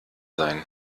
sein